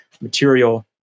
material